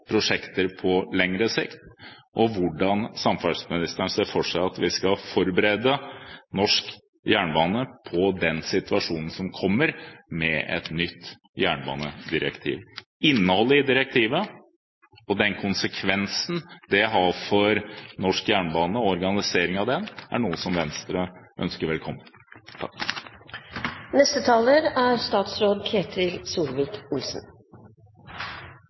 prosjekter på lengre sikt, og hvordan han ser for seg at vi skal forberede norsk jernbane på den situasjonen som kommer med et nytt jernbanedirektiv. Innholdet i direktivet og den konsekvensen det får for norsk jernbane og organiseringen av den, er noe som Venstre ønsker velkommen.